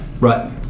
right